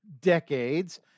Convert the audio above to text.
decades